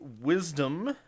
Wisdom